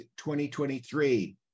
2023